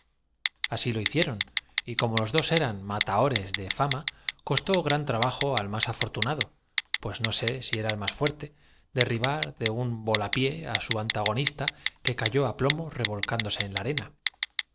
así lo hicieron y como los dos eran mataores de ó gallos que usando de lanza y escudo á la manera de fama costó gran trabajo al más afortunadopues no los sé si era el más fuertederribar de un volapié á su originarios de la galia reñían con los retiarios los cuales al perseguirlos con la red y el tridente les gri antagonista que cayó á plomo revolcándose en la arena